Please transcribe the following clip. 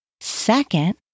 Second